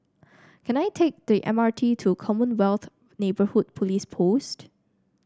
can I take the M R T to Commonwealth Neighbourhood Police Post